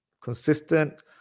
consistent